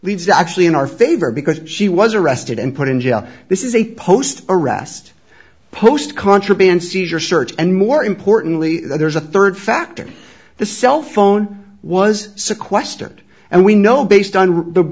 leads actually in our favor because she was arrested and put in jail this is a post arrest post contraband seizure search and more importantly there's a third factor the cell phone was sequestered and we know based on the